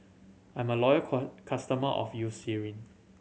I'm a loyal customer of Eucerin